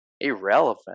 irrelevant